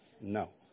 No